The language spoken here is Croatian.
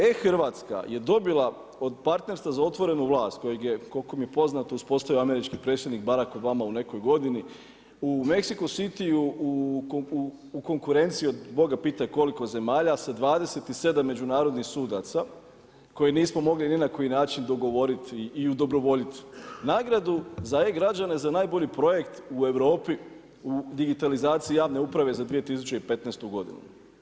E-Hrvatska je dobila od partnerstva za otvorenu vlast kojeg je koliko mi je poznato uspostavio američki predsjednik Barak Obama u nekoj godini u Meksiko Cityu u konkurenciji od Boga pitaj koliko zemalja sa 27 međunarodnih sudaca koje nismo ni na koji način dogovoriti i udobrovoljiti, nagradu za e-građane za najbolji projekt u Europi u digitalizaciji javne uprave za 2015. godinu.